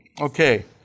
Okay